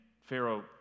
Pharaoh